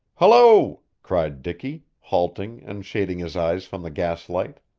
hullo! cried dicky, halting and shading his eyes from the gaslight.